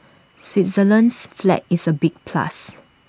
Switzerland's flag is A big plus